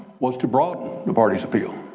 was to broaden the party's appeal,